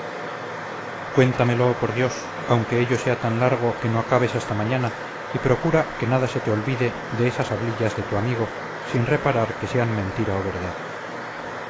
cuéntamelo por dios aunque ello sea tan largo que no acabes hasta mañana y procura que nada se te olvide de esas hablillas de tu amigo sin reparar que sean mentira o verdad